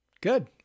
good